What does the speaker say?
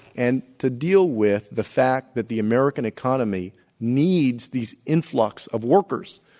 and to deal with the fact that the american economy needs these influx of workers.